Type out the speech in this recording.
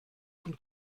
von